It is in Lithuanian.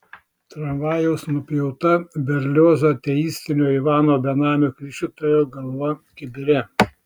tramvajaus nupjauta berliozo ateistinio ivano benamio krikštytojo galva kibire